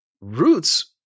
Roots